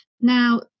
now